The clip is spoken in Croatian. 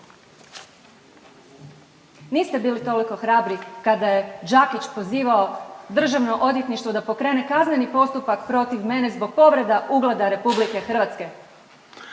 Niste bili toliko hrabri kada je Đakić pozivao Državno odvjetništvo da pokrene kazneni postupak protiv mene zbog povreda ugleda RH.